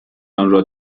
آنرا